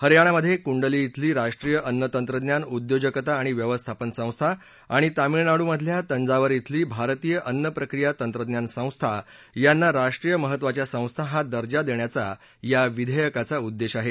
हरयाणामधे कुंडली क्रिली राष्ट्रीय अन्न तंत्रज्ञान उद्योजकता आणि व्यवस्थापन संस्था आणि तामिळनाडूमधल्या तंजावर क्रिली भारतीय अन्न प्रक्रिया तंत्रज्ञान संस्था यांना राष्ट्रीय महत्त्वाच्या संस्था हा दर्जा देण्याचा या विधेयकाचा उद्देश आहे